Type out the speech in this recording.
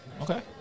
Okay